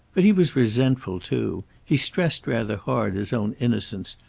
but he was resentful, too he stressed rather hard his own innocence,